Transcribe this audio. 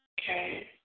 Okay